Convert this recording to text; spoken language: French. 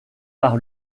par